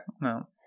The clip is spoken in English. no